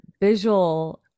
visual